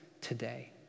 today